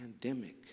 pandemic